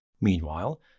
Meanwhile